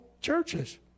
churches